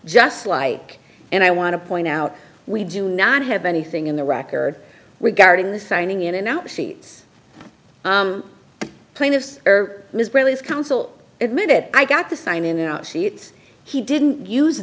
just like and i want to point out we do not have anything in the record regarding the signing in and out sheets the plaintiffs or ms bradley's counsel admitted i got the sign in and out sheets he didn't use